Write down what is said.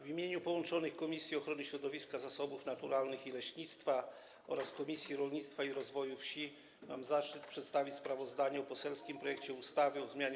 W imieniu połączonych komisji: Komisji Ochrony Środowiska, Zasobów Naturalnych i Leśnictwa oraz Komisji Rolnictwa i Rozwoju Wsi mam zaszczyt przedstawić sprawozdanie o poselskim projekcie ustawy o zmianie